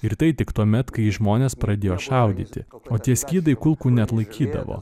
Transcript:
ir tai tik tuomet kai žmonės pradėjo šaudyti o tie skydai kulkų neatlaikydavo